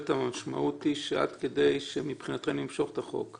לא מקובלת המשמעות היא שעד כדי למשוך את החוק מבחינתכם.